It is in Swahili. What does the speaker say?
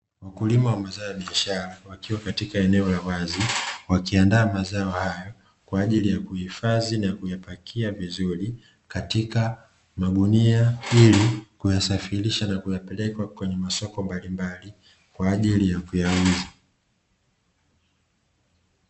Wakulima wa mazao ya biashara wakiwa katika eneo la wazi wakiandaa mazao hayo kwa ajili ya kuhifadhi na kuyapakia vizuri katika magunia, ili kuyasafirisha na kuyapeleka kwenye masoko mbalimbali kwa ajili ya kuyauza.